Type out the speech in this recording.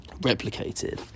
replicated